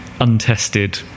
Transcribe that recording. untested